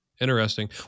Interesting